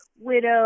Widow